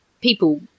People